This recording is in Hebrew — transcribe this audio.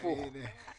הפוך.